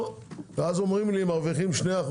ואומרים לי מרוויחים 2%,